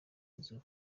nzu